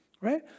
right